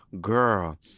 Girl